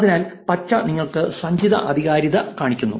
അതിനാൽ പച്ച നിങ്ങൾക്ക് സഞ്ചിത ആധികാരികത കാണിക്കുന്നു